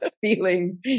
feelings